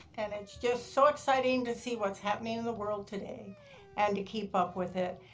and it's just so exciting to see what's happening in the world today and to keep up with it.